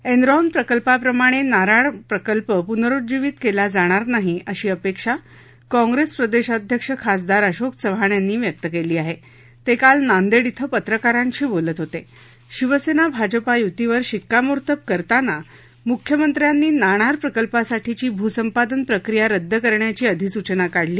Enron प्रकल्पाप्रमाणतीणार प्रकल्प पूनरुज्जीवीत क्ला जाणार नाही अशी अपक्षी काँग्रस्टीप्रदक्षिध्यक्ष खासदार अशोक चव्हाण यांनी व्यक्त क्वी आह इथं पत्रकारांशी बोलत होत शिवसत्ति भाजप युतीवर शिक्कामोर्तब करताना मुख्यमंत्र्यांनी नाणार प्रकल्पासाठीची भूसंपादन प्रक्रिया रद्द करण्याची अधिसूचना काढली